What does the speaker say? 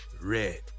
Red